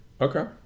Okay